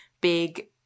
big